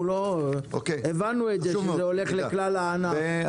הבנו שזה הולך לכלל הענף,